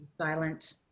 Silent